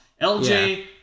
LJ